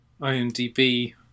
IMDb